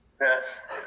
Yes